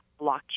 blockchain